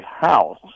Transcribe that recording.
house